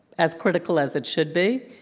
as critical as it should be,